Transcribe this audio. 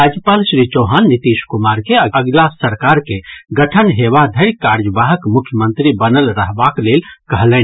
राज्यपाल श्री चौहान नीतीश कुमार के अगिला सरकार के गठन हेबा धरि कार्यवाहक मुख्यमंत्री बनल रहबाक लेल कहलनि